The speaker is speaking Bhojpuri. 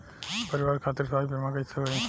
परिवार खातिर स्वास्थ्य बीमा कैसे होई?